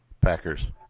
Packers